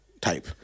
type